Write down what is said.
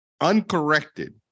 uncorrected